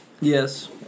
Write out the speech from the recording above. Yes